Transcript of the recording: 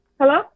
Hello